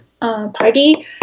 party